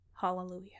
Hallelujah